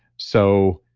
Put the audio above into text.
so